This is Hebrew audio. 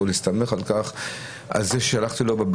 כל זמן שסירב לא תוכלי להסתמך על כך ששלחת לו.